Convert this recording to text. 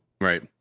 Right